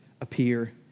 appear